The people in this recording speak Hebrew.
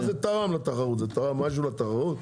מה זה תרם לתחרות, זה תרם משהו לתחרות?